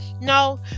No